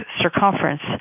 circumference